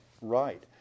Right